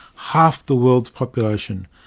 half the world's population.